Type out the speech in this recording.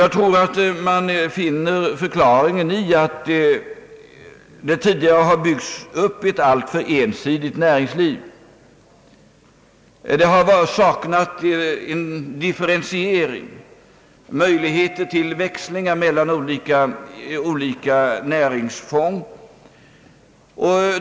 Jag tror att förklaringen ligger däri, att det i Värmland tidigare har byggts upp ett alltför ensidigt näringsliv; man har haft ett näringsliv utan differentiering och utan möjligheter till växlingar mellan olika näringsfång.